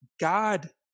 God